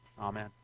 Amen